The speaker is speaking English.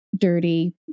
dirty